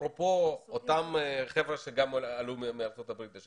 אפרופו אותם חבר'ה שעלו מארצות הברית,